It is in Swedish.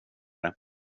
det